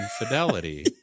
infidelity